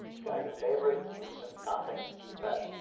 you got your favorites, recent contacts, keypad,